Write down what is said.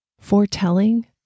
foretelling